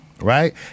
Right